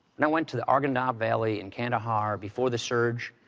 and i went to the arghandab valley in kandahar before the surge,